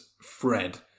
Fred